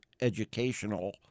educational